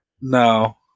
No